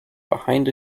behind